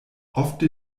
ofte